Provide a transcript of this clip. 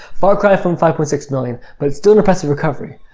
far cry from five point six million, but still an impressive recovery.